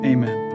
Amen